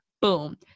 Boom